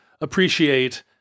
appreciate